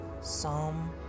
Psalm